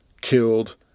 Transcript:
killed